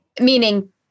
meaning